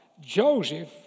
Joseph